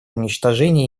уничтожение